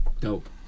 Dope